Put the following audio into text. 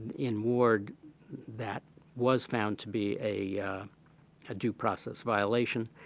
in ward that was found to be a ah due process violation.